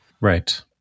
Right